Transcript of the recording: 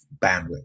bandwidth